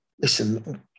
listen